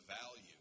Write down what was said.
value